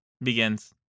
begins